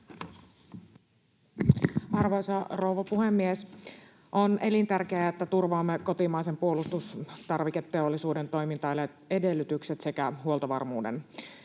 Arvoisa rouva puhemies! On elintärkeää, että turvaamme kotimaisen puolustustarviketeollisuuden toimintaedellytykset sekä huoltovarmuuden. Ja jotta